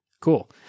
Cool